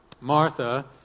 Martha